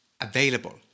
available